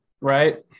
right